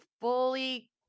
fully